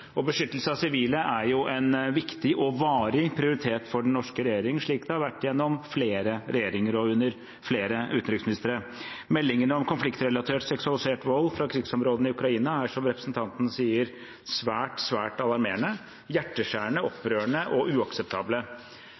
Beskyttelse av sivile er jo en viktig og varig prioritet for den norske regjering, slik det har vært gjennom flere regjeringer og under flere utenriksministre. Meldingene om konfliktrelatert seksualisert vold fra krigsområdene i Ukraina er, som representanten sier, svært, svært alarmerende, hjerteskjærende, opprørende og uakseptable.